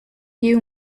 you